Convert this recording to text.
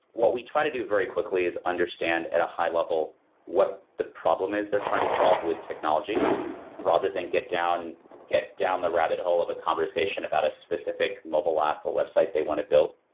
what we try to do very quickly is understand at a high level what the problem is they're trying to solve with technology rather than get down get down the rabbit hole of a conversation about a specific mobile app or website they want to build.